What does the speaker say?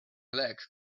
legs